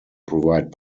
provide